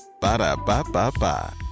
Ba-da-ba-ba-ba